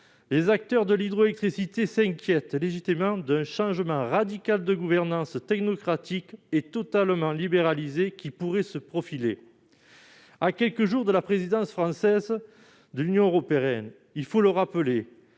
Les acteurs de l'hydroélectricité s'inquiètent légitimement du changement de gouvernance, radical, technocratique et totalement libéralisé, qui pourrait se profiler. Madame la ministre, à quelques jours de la présidence française de l'Union européenne et, il faut le rappeler,